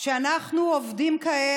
שאנחנו עובדים כרגע